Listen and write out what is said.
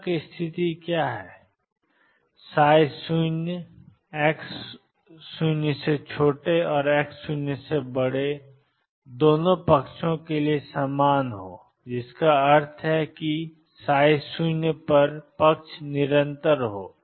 सीमा की स्थिति क्या है ψ x0 और x0 पक्षों से समान हो जिसका अर्थ है कि पक्ष निरंतर हैं